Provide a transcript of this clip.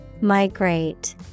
Migrate